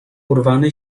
urwany